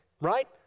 right